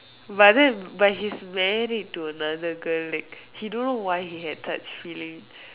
but then but he's married to another girl like he don't know why he had such feeling